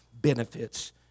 benefits